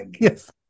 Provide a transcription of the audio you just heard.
yes